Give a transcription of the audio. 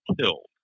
killed